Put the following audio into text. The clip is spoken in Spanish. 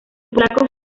polacos